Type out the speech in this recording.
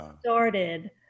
started